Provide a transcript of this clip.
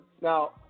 Now